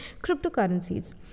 cryptocurrencies